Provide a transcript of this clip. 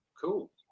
Cool